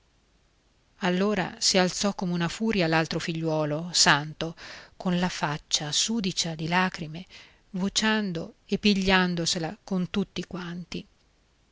allora si alzò come una furia l'altro figliuolo santo con la faccia sudicia di lagrime vociando e pigliandosela con tutti quanti